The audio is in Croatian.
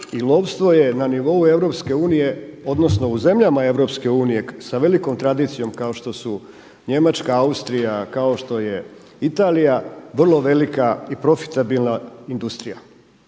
i lovstvo je na nivou EU odnosno u zemljama EU sa velikom tradicijom kao što su Njemačka, Austrija, kao što je Italija vrlo velika i profitabilna industrija.